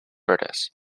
verdes